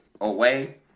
away